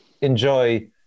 enjoy